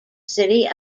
city